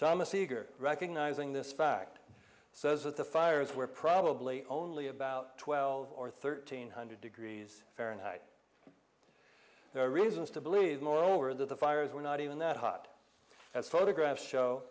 thomas eagar recognizing this fact says that the fires were probably only about twelve or thirteen hundred degrees fahrenheit there are reasons to believe moreover that the fires were not even that hot as photographs show